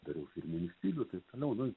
dariau firminį stilių taip toliau nu